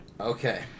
Okay